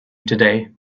today